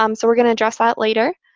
um so we're going to address that later.